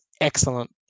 excellent